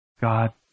God